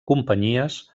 companyies